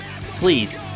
please